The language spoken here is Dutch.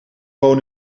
wonen